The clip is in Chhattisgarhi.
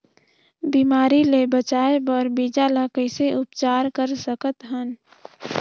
बिमारी ले बचाय बर बीजा ल कइसे उपचार कर सकत हन?